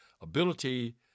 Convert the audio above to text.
ability